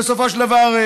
בסופו של דבר,